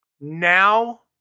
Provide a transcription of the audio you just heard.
Now